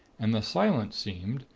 and the silence seemed,